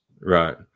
Right